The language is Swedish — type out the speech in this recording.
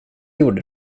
gjorde